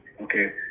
okay